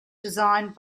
designed